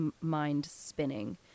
mind-spinning